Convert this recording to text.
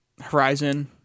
horizon